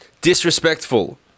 disrespectful